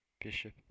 bishop